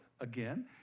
again